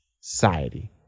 society